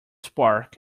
spark